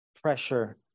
Pressure